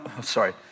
sorry